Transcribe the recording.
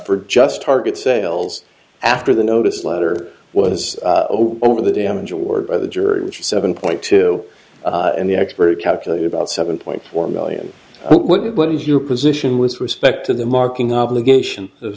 for just target sales after the notice letter was over the damage award by the jury which is seven point two and the expert calculated about seven point four million what is your position with respect to the marking obligation of